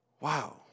Wow